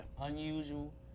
Unusual